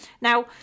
Now